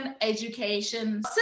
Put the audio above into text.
education